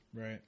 Right